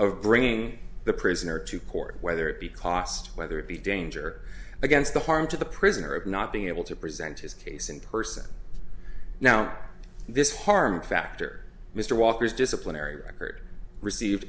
of bringing the prisoner to court whether it be cost whether it be danger against the harm to the prisoner of not being able to present his case in person now this harm factor mr walker's disciplinary record received